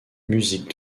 musique